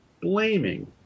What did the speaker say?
blaming